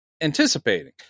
anticipating